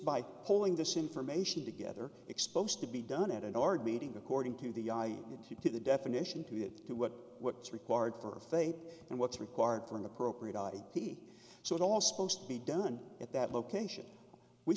by pulling this information together exposed to be done at an already meeting according to the i need to do the definition to get to what what's required for faith and what's required for an appropriate id so it all supposed to be done at that location we